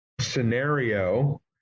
scenario